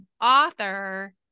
author